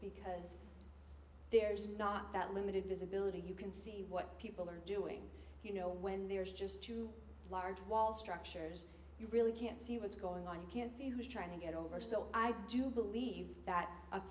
because there's not that limited visibility you can see what people are doing you know when there's just two large wall structures you really can't see what's going on you can't see who's trying to get over so i do believe that